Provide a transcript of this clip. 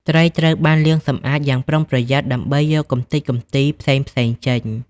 ត្រីត្រូវបាន លាងសម្អាត យ៉ាងប្រុងប្រយ័ត្នដើម្បីយកកម្ទេចកំទីផ្សេងៗចេញ។